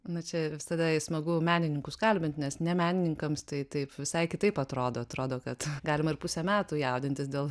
na čia visada smagu menininkus kalbint nes ne menininkams tai taip visai kitaip atrodo atrodo kad galima ir pusę metų jaudintis dėl